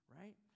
right